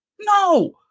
No